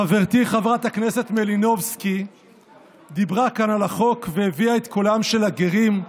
חברתי חברת הכנסת מלינובסקי דיברה כאן על החוק והביאה את קולם של הגרים,